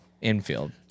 infield